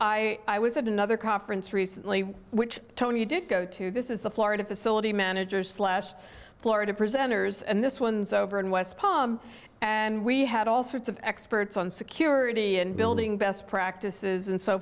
had another conference recently which tony did go to this is the florida facility manager slash florida presenters and this one's over in west palm and we had all sorts of experts on security and building best practices and so